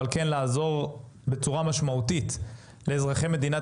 אבל כן לעזור בצורה משמעותית לאזרחי מדינת